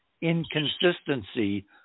inconsistency